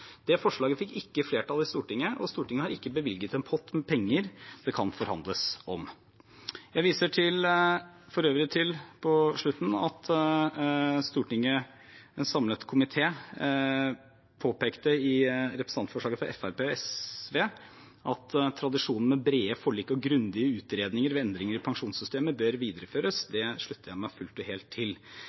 Det forslaget fikk ikke flertall i Stortinget, og Stortinget har ikke bevilget en pott med penger det kan forhandles om. Jeg viser for øvrig til – på slutten – at en samlet komité påpekte i innstillingen til representantforslaget fra Fremskrittspartiet og SV at tradisjonen med brede forlik og grundige utredninger og endringer i pensjonssystemet bør videreføres. Det slutter jeg meg fullt og helt til.